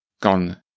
gone